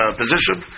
position